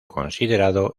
considerado